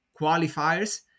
qualifiers